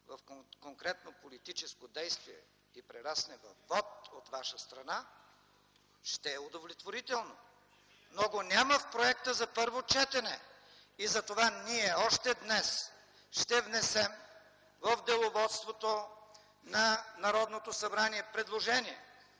в конкретно политическо действие и прерасне във вот от ваша страна – ще е удовлетворително, но го няма в проекта за първо четене. Затова ние още днес ще внесем в деловодството на Народното събрание предложение